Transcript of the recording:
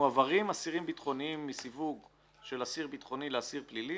מועברים אסירים ביטחוניים מסיווג של אסיר ביטחוני לאסיר פלילי.